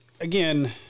again